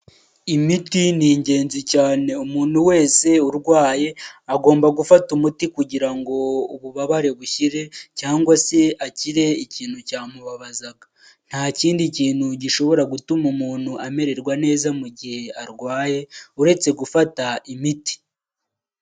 Imiti ni ingenzi cyane umuntu wese urwaye agomba gufata umuti kugira ngo ububabare bushyire cyangwa se agire ikintu cyamubabazaga ntakindi kintu gishobora gutuma umuntu amererwa neza mu gihe arwaye uretse gufata imiti.